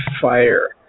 Fire